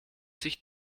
sich